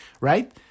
right